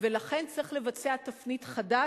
ולכן צריך לבצע תפנית חדה,